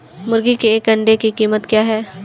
मुर्गी के एक अंडे की कीमत क्या है?